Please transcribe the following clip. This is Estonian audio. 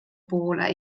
poole